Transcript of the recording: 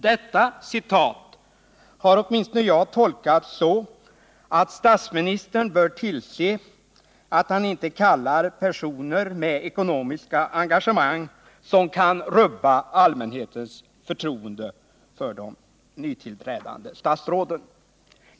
Detta citat har åtminstone jag tolkat så att statsministern bör tillse att han inte kallar personer med ekonomiska engagemang, som kan rubba allmänhetens förtroende för de nytillträdande statsråden.